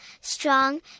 strong